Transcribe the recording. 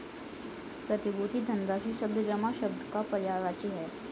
प्रतिभूति धनराशि शब्द जमा शब्द का पर्यायवाची है